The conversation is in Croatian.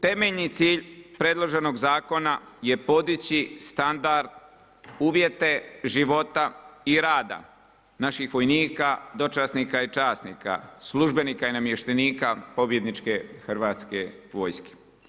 Temeljni cilj predloženog zakona je podići standard, uvjete života i rada naših vojnika, dočasnika i časnika, službenika i namještenika pobjedničke Hrvatske vojske.